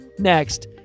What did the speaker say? Next